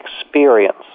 experience